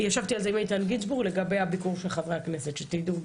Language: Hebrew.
ישבתי על זה עם איתן לגבי הביקור של חברי הכנסת שתדעו.